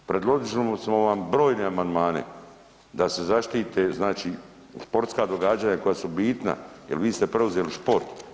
Predložili smo vam brojne amandmane da se zaštite sportska događanja koja su bitna jel vi ste preuzeli sport.